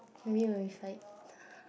maybe when we fight